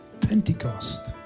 Pentecost